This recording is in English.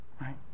right